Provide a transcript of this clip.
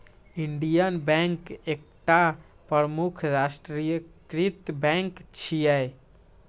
Indian bank एकटा प्रमुख राष्ट्रीयकृत बैंक छियै